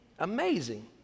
Amazing